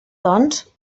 doncs